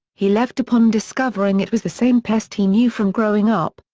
he left upon discovering it was the same pest he knew from growing up,